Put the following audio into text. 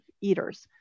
eaters